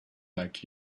like